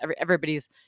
everybody's